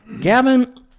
gavin